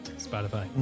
Spotify